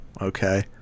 Okay